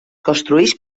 construeix